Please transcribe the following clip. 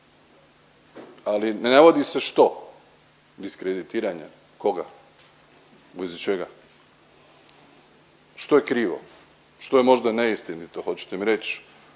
ali ne navodi se što. Diskreditiranja koga, u vezi čega? Što je krivo? Što je možda neistinito? Hoćete mi reći